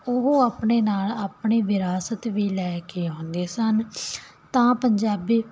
ਉਹ ਆਪਣੇ ਨਾਲ ਆਪਣੀ ਵਿਰਾਸਤ ਵੀ ਲੈ ਕੇ ਆਉਂਦੇ ਸਨ ਤਾਂ ਪੰਜਾਬੀ